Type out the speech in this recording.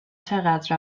چقدر